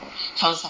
酸酸